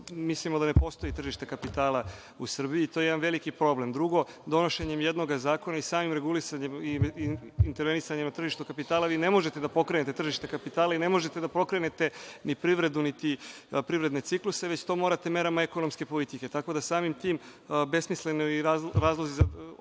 mislimo da ne postoji tržište kapitala u Srbiji, to je jedan veliki problem. Drugo, donošenjem jednoga zakona i samim regulisanjem i intervenisanjem na tržištu kapitala vi ne možete da pokrenete tržište kapitala i ne možete da pokrenete ni privredu, niti privredne cikluse, već to morate merama ekonomske politike. Tako da, samim tim besmisleni su i razlozi u